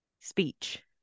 speech